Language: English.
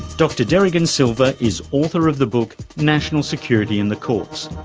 dr derigan silver is author of the book national security in the courts.